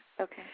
okay